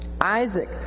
Isaac